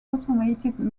automated